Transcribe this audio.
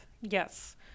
Yes